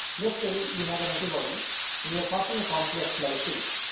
let us say you have an antibody and you are passing a complex lysate.